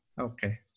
okay